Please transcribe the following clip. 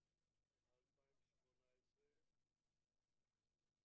בנובמבר 2018,